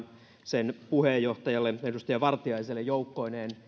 sen puheenjohtajalle edustaja vartiaiselle joukkoineen